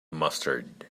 mustard